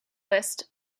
list